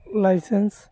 license